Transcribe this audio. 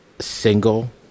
single